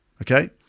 Okay